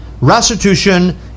restitution